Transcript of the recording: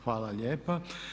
Hvala lijepa.